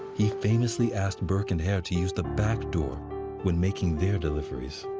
he famously asked burke and hare to use the back door when making their deliveries.